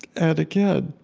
and again,